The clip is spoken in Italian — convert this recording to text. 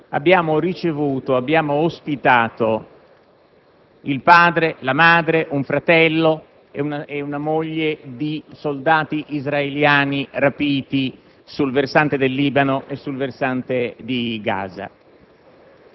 abbiamo ricevuto un padre, una madre, un fratello e una moglie di soldati israeliani rapiti sul versante del Libano e sul versante di Gaza.